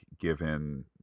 given